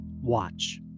Watch